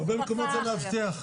בהרבה מקומות אין מאבטח.